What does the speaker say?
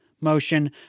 motion